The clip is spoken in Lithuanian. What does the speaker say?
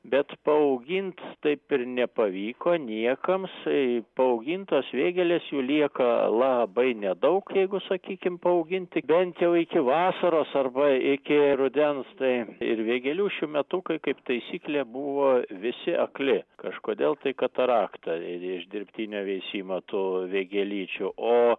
bet paaugint taip ir nepavyko niekams paaugintos vėgėlės jų lieka labai nedaug jeigu sakykim paauginti bent jau iki vasaros arba iki rudens tai ir vėgėlių šiųmetukai kaip taisyklė buvo visi akli kažkodėl tai katarakta iš dirbtinio veisimo tų vėgėlyčių o